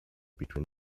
between